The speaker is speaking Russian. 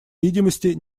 видимости